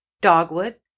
dogwood